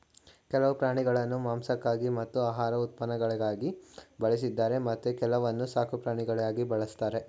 ಕೆಲವು ಪ್ರಾಣಿಗಳನ್ನು ಮಾಂಸಕ್ಕಾಗಿ ಮತ್ತು ಆಹಾರ ಉತ್ಪನ್ನಗಳಿಗಾಗಿ ಬಳಸಿದರೆ ಮತ್ತೆ ಕೆಲವನ್ನು ಸಾಕುಪ್ರಾಣಿಗಳಾಗಿ ಬಳ್ಸತ್ತರೆ